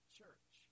church